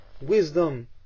wisdom